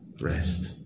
rest